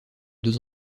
deux